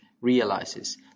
realizes